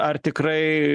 ar tikrai